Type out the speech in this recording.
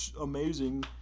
amazing